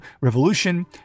Revolution